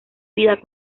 vida